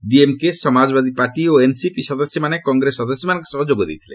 DMK Samajwadi party ଓ NCP ସଦସ୍ୟମାନେ Congress ସଦସ୍ୟମାନଙ୍କ ସହ ଯୋଗ ଦେଇଥିଲେ